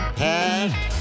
past